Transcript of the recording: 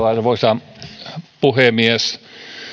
arvoisa puhemies